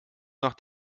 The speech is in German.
nach